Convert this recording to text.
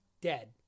dead